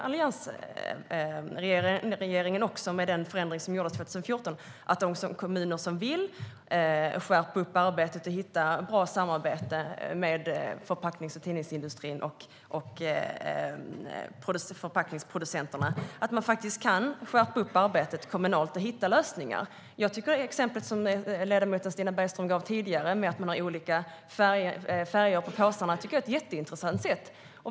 Alliansregeringen säkerställde med den förändring som gjordes 2014 att de kommuner som vill skärpa arbetet och hitta bra samarbete med förpackningsproducenterna och tidningsindustrin faktiskt kan skärpa arbetet kommunalt och hitta lösningar. Jag tycker att det exempel som ledamoten Stina Bergström gav tidigare, att ha olika färger på påsarna, är ett jätteintressant sätt.